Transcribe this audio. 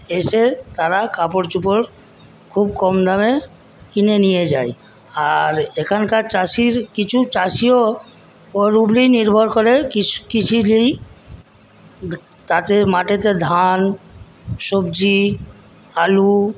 এসে তারা কাপড়চোপড় খুব কমদামে কিনে নিয়ে যায় আর এখানকার চাষির কিছু চাষিও ওর উপরেই নির্ভর করে তাতে মাঠেতে ধান সবজি আলু